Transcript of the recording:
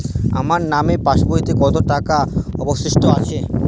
আমার নামের পাসবইতে কত টাকা অবশিষ্ট আছে?